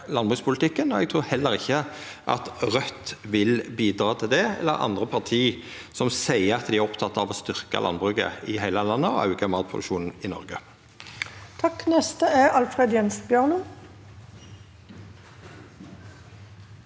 landbrukspolitikken. Eg trur heller ikkje at Raudt vil bidra til det, eller andre parti som seier at dei er opptekne av å styrkja landbruket i heile landet og auka matproduksjonen i Noreg. Alfred Jens Bjørlo